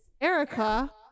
Erica